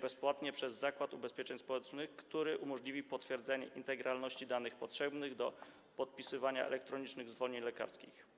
bezpłatnie przez Zakład Ubezpieczeń Społecznych, który umożliwi potwierdzenie integralności danych potrzebnych do podpisywania elektronicznych zwolnień lekarskich.